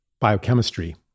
biochemistry